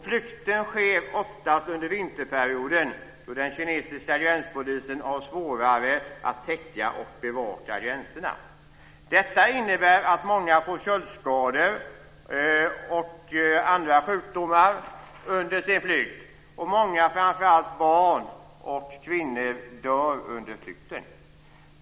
Flykten sker oftast under vinterperioden, då den kinesiska gränspolisen har svårare att täcka och bevaka gränserna. Detta innebär att många får köldskador och andra sjukdomar under sin flykt. Många, framför allt barn och kvinnor, dör under flykten.